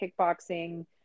kickboxing